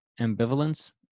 Ambivalence